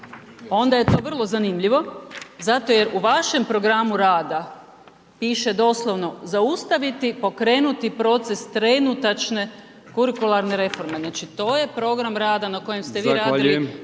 onda je to vrlo zanimljivo zato jer u vašem programu rada piše doslovno, zaustaviti, pokrenuti proces trenutačne kurikularne reforme, znači to je program rada na kojem ste vi radili,